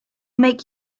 make